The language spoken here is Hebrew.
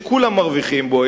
שכולם מרוויחים בו,